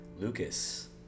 Lucas